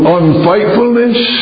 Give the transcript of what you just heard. unfaithfulness